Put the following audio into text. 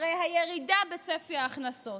הירידה בצפי ההכנסות,